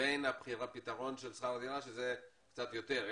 לבין הפתרון של שכר הדירה שזה קצת יותר,